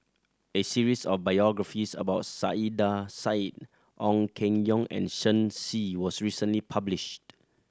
a series of biographies about Saiedah Said Ong Keng Yong and Shen Xi was recently published